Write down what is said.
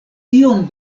tiom